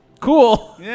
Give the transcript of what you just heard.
Cool